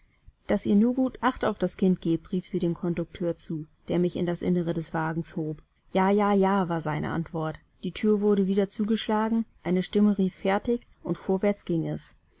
daß ihr nur gut acht auf das kind gebt rief sie dem kondukteur zu der mich in das innere des wagens hob ja ja ja war seine antwort die thür wurde wieder zugeschlagen eine stimme rief fertig und vorwärts ging es